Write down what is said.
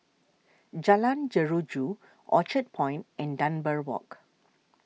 Jalan Jeruju Orchard Point and Dunbar Walk